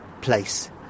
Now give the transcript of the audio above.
place